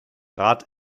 rat